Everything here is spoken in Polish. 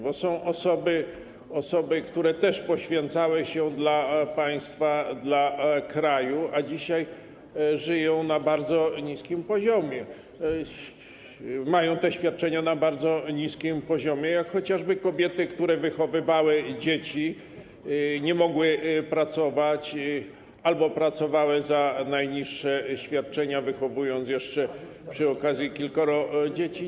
Bo są osoby, które też poświęcały się dla państwa, dla kraju, a dzisiaj żyją na bardzo niskim poziomie, mają te świadczenia na bardzo niskim poziomie, jak chociażby kobiety, które wychowywały dzieci i nie mogły pracować albo pracowały za najniższe świadczenia, wychowując jeszcze przy okazji kilkoro dzieci.